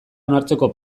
onartzeko